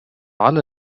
على